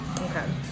okay